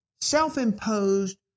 self-imposed